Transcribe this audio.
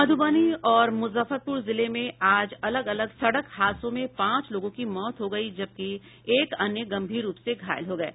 मधुबनी और मुजफ्फरपुर जिले में आज अलग अलग सड़क हादसों में पांच लोगों की मौत हो गयी जबकि एक अन्य गम्भीर रूप से घायल हो गये